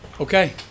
Okay